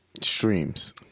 Streams